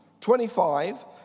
25